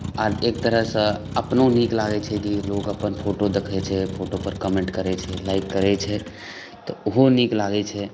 आर एक तरहसे अपनो नीक लागैत छै जे लोक अपन फोटो देखैत छै फोटोपर कमेन्ट करैत छै लाइक करैत छै तऽ ओहो नीक लागैत छै